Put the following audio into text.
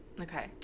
Okay